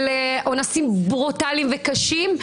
של אונסים ברוטליים וקשים,